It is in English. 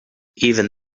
even